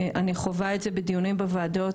אני חווה את זה בדיונים בוועדות,